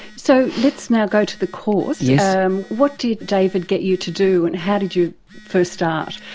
so let's now go to the course. yeah um what did david get you to do and how did you first start?